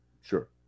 Sure